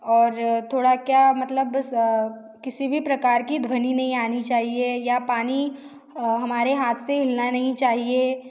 और थोड़ा क्या मतलब बस किसी भी प्रकार की ध्वनि नहीं आनी चाहिए या पानी हमारे हाथ से हिलना नहीं चाहिए